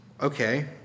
okay